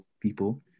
people